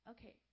Okay